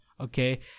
okay